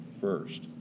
first